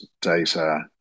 data